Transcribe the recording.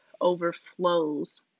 overflows